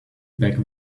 back